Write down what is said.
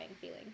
feeling